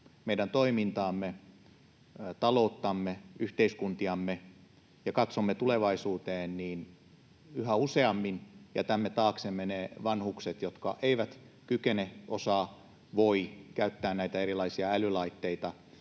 meidän toimintaamme, talouttamme, yhteiskuntiamme ja katsomme tulevaisuuteen, niin yhä useammin jätämme taaksemme ne vanhukset, jotka eivät kykene, osaa, voi käyttää näitä erilaisia älylaitteita.